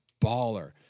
baller